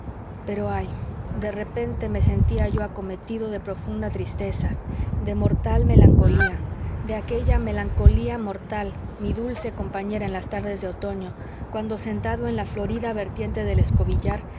pero ay de repente me sentía yo acometido de profunda tristeza de mortal melancolía de aquella melancolía mortal mi dulce compañera en las tardes de otoño cuando sentado en la florida vertiente del escobillar